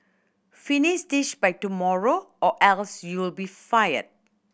finish this by tomorrow or else you'll be fired